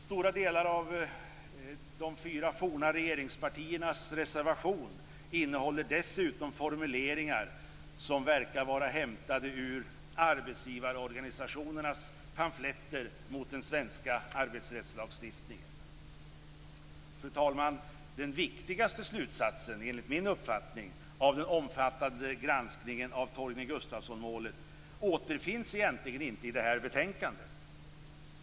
Stora delar av de fyra forna regeringspartiernas reservation innehåller dessutom formuleringar som verkar vara hämtade ur arbetsgivarorganisationernas pamfletter mot den svenska arbetsrättslagstiftningen. Fru talman! Den viktigaste slutsatsen, enligt min uppfattning, av den omfattande granskningen av Torgny Gustafsson-målet återfinns egentligen inte i detta betänkande.